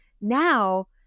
Now